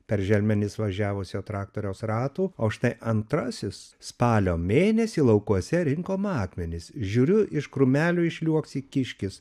per želmenis važiavusio traktoriaus ratų o štai antrasis spalio mėnesį laukuose rinkom akmenis žiūriu iš krūmelių išliuoksi kiškis